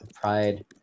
pride